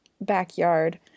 backyard